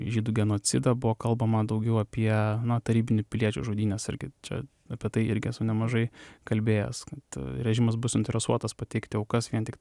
žydų genocidą buvo kalbama daugiau apie na tarybinių piliečių žudynes irgi čia apie tai irgi esu nemažai kalbėjęs kad režimas bus suinteresuotas pateikti aukas vien tik